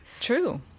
True